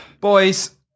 Boys